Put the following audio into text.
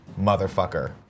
motherfucker